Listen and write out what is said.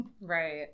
Right